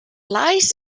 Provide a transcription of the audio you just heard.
lies